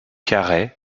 carey